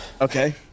Okay